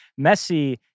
Messi